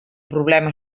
problema